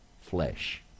flesh